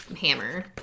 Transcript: hammer